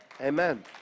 Amen